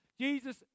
Jesus